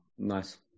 Nice